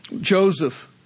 Joseph